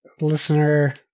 listener